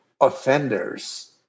offenders